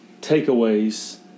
takeaways